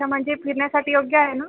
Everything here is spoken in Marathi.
अच्छा म्हणजे फिरण्यासाठी योग्य आहे ना